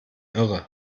irre